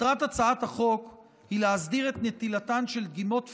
מטרת הצעת החוק היא להסדיר את נטילתן של דגימות פורנזיות,